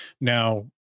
Now